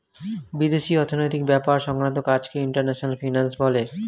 বিদেশি অর্থনৈতিক ব্যাপার সংক্রান্ত কাজকে ইন্টারন্যাশনাল ফিন্যান্স বলে